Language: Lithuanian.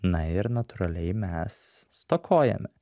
na ir natūraliai mes stokojame